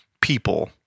people